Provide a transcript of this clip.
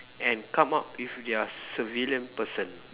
and come up with their supervillain person